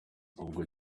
ubwo